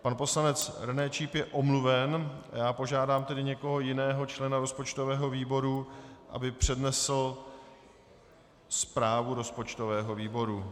Pan poslanec René Číp je omluven a já požádám tedy někoho jiného, člena rozpočtového výboru, aby přednesl zprávu rozpočtového výboru.